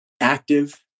active